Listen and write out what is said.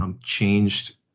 Changed